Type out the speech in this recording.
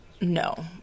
No